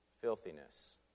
Filthiness